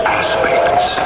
aspects